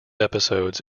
episodes